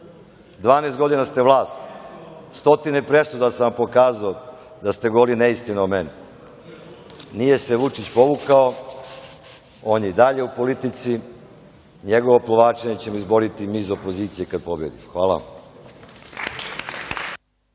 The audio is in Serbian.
12 godina ste vlast, stotine presuda sam vam pokazao da ste govorili neistine o meni. Nije se Vučić povukao, on je i dalje u politici, njegovo povlačenje ćemo izboriti mi iz opozicije kada pobedimo. Hvala